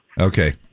Okay